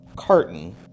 carton